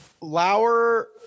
Lauer